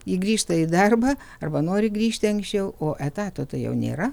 ji grįžta į darbą arba nori grįžti anksčiau o etato tai jau nėra